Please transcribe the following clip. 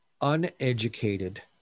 uneducated